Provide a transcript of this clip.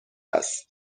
است